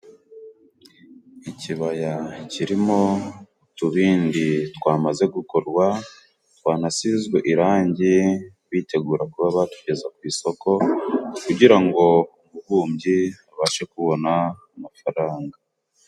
Ikibaya kirimo utubindi twamaze gukorwa twanasizwe irangi, bitegura kuba batugeza ku isoko, kugira ngo umubumbyi abashe kubona amafaranga.